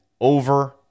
over